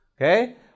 Okay